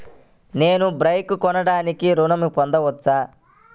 నేను బైక్ కొనటానికి ఋణం పొందవచ్చా?